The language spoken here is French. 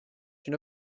une